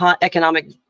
economic